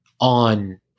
on